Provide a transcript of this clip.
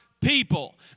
people